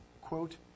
quote